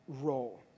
role